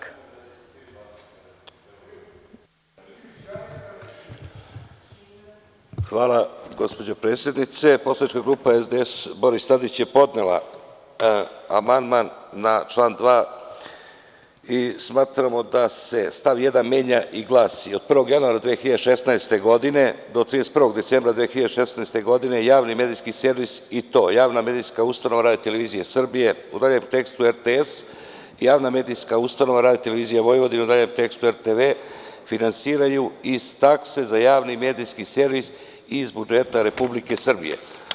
Hvala gospođo predsednice, poslanička grupa SDS – Boris Tadić je podnela amandman na član 2. i smatramo da se stav 1. menja i glasi: „Od 1. januara 2016. godine, do 31. decembra 2016. godine javni medijski servis i to, javna medijska ustanova Radio televizija Srbije, u daljem tekstu RTS, javna medijska ustanova Radio televizija Vojvodine, u daljem tekstu RTV, finansiraju iz takse za javni medijski servis iz budžeta Republike Srbije“